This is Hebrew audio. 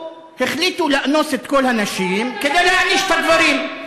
החליטו לאנוס את כל הנשים כדי להעניש את הגברים.